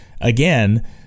again